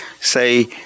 say